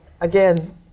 again